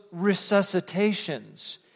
resuscitations